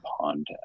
pond